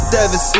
Seven